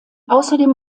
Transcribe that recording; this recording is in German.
außerdem